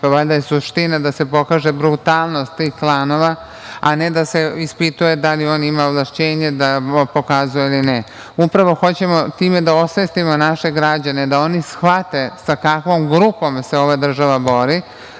Pa valjda je suština da se pokaže brutalnost tih klanova, a ne da se ispituje da li on ima ovlašćenje da pokazuje ili ne. Upravo hoćemo time da osvestimo naše građane da oni shvate sa kakvom grupom se ova država bori,